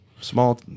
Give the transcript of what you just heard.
small